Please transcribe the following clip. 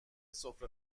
سفره